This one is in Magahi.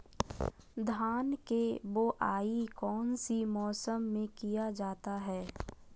धान के बोआई कौन सी मौसम में किया जाता है?